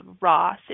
raw